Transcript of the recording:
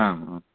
आम् अ